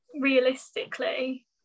realistically